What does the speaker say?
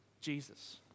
Jesus